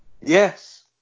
Yes